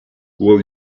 will